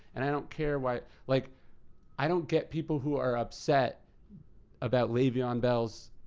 and i don't care why. like i don't get people who are upset about le'veon bell's